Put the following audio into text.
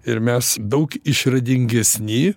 ir mes daug išradingesni